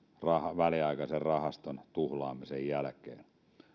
väliaikaisen rahaston tuhlaamisen jälkeen